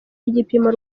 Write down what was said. igipimo